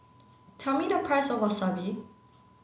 tell me the price of Wasabi